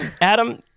Adam